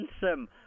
handsome